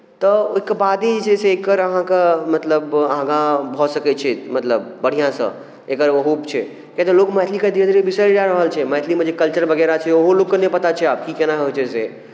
तऽ ओहिके बादे एकर अहाँके मतलब आगाँ भऽ सकैत छै मतलब बढ़िआँसँ एकर होप छै किआक तऽ लोक मैथलीकेँ धीरे धीरे बिसरि जा रहल छै मैथलीमे जे कल्चर वगैरह छै ओहो लोकके नहि पता छै आब की केना होइत छै से